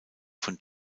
von